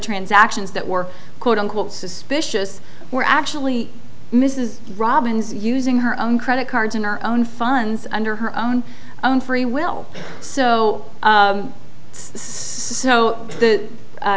transactions that were quote unquote suspicious were actually mrs robbins using her own credit cards and our own funds under her own own free will so it's so the